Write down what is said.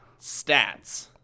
stats